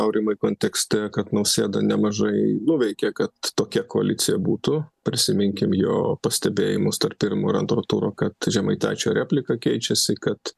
aurimai kontekste kad nausėda nemažai nuveikė kad tokia koalicija būtų prisiminkim jo pastebėjimus tarp pirmo ir antro turo kad žemaitaičio replika keičiasi kad